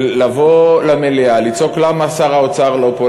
לבוא למליאה לצעוק: למה שר האוצר לא פה?